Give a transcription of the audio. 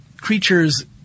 creatures